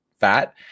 fat